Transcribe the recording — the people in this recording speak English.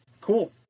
cool